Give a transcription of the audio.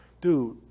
dude